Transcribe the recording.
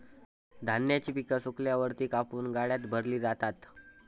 धान्याची पिका सुकल्यावर ती कापून गाड्यात भरली जातात